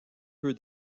peu